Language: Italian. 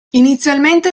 inizialmente